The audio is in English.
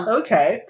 okay